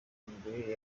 mbere